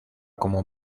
como